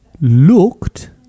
looked